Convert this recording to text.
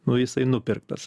nu jisai nupirktas